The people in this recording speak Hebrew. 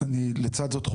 ואני לצד זאת,